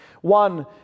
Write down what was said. One